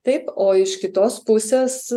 taip o iš kitos pusės